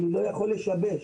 אני לא יכול לשבש,